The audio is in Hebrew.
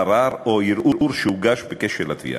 הערר או הערעור שהוגש בקשר לתביעה.